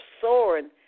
soaring